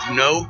no